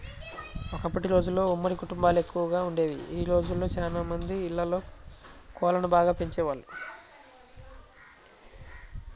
ఒకప్పటి రోజుల్లో ఉమ్మడి కుటుంబాలెక్కువగా వుండేవి, ఆ రోజుల్లో చానా మంది ఇళ్ళల్లో కోళ్ళను బాగా పెంచేవాళ్ళు